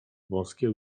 wąskie